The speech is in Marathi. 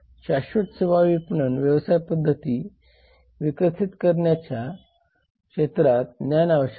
शाश्वत सेवा विपणन व्यवसाय पद्धती विकसित करण्याच्या क्षेत्रात ज्ञान आवश्यक आहे